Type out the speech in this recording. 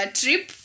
trip